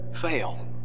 fail